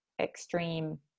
extreme